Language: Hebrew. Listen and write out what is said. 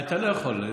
אתה לא יכול.